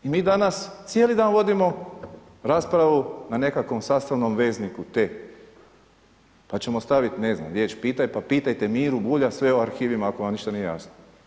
I mi danas cijeli dan vodimo raspravu na nekakvom sastavnom vezniku „te“, pa ćemo staviti ne znam riječ „pitaj“ pa pitajte Miru Bulja sve o arhivima ako vam ništa nije jasno.